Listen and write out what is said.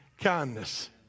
kindness